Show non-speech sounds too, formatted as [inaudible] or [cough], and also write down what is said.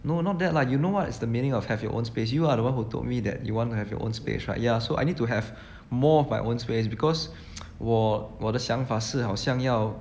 no not that lah you know what is the meaning of have your own space you are the one who told me that you want to have your own space right ya so I need to have more of my own space because [noise] 我我的想法是好像要